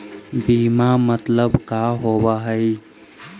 बीमा मतलब का होव हइ?